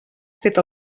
fet